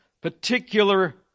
particular